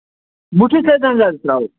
تیل حظ زن ترٛاوَو